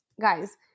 guys